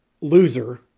loser